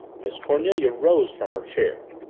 miss cornelia rose from her chair.